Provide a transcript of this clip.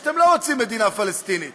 או שאתם לא רוצים מדינה פלסטינית?